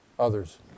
Others